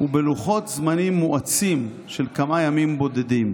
ובלוחות זמנים מואצים של כמה ימים בודדים.